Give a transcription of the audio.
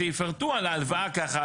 שיפרטו על ההלוואה ככה,